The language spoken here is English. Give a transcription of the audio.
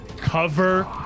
cover